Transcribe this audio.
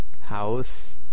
house